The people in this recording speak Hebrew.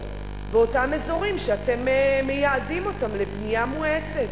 באותם אזורים שאתם מייעדים לבנייה מואצת.